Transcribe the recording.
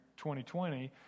2020